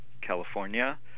California